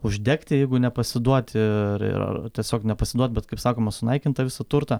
uždegti jeigu nepasiduoti ir ir ar tiesiog nepasiduot bet kaip sakoma sunaikint tą visą turtą